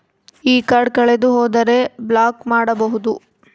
ಈ ಕಾರ್ಡ್ ಕಳೆದು ಹೋದರೆ ಬ್ಲಾಕ್ ಮಾಡಬಹುದು?